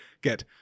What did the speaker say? get